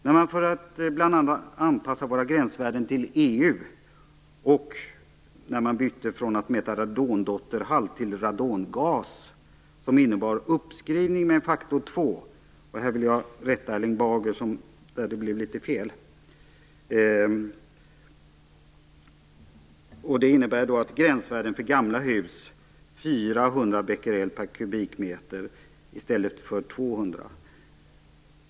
När man för att bl.a. anpassa våra gränsvärden till EU och bytte från att mäta radondotterhalt till att mäta radongas, innebar det en uppskrivning med en faktor två. Här vill jag rätta Erling Bager på en punkt, där det blev fel. Detta innebar att gränsvärdet för gamla hus blev 400 Bq/m3 i stället för 200.